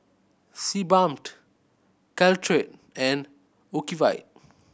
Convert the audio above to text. Sebamed Caltrate and Ocuvite